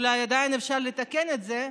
אולי עדיין אפשר לתקן את זה,